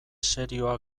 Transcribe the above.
serioa